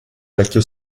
vecchio